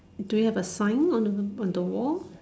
do you have a sign on on the wall